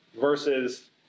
versus